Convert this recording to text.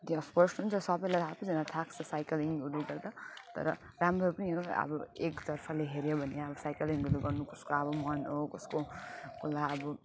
त्यो of course हुन्छ सबैलाई थाक्छ थाक्छ साइक्लिङहरू गर्दा तर राम्रो पनि हो अब एक तर्फ ले हेर्यो भने अब साइक्लिङहरू गर्नु पर्छ अब मन हो कसको उसलाई अब